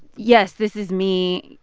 yes, this is me.